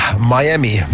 Miami